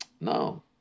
No